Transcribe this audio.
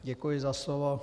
Děkuji za slovo.